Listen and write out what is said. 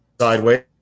sideways